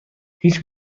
هیچ